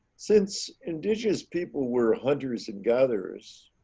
since indigenous people were hunters and gatherers.